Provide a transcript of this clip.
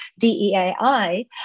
DEAI